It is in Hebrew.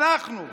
אנחנו,